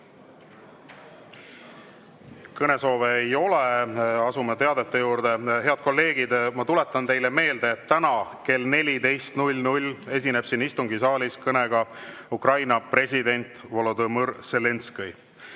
soovi ei ole. Asume teadete juurde. Head kolleegid, tuletan teile meelde, et täna kell 14 esineb siin istungisaalis kõnega Ukraina president Volodõmõr Zelenskõi.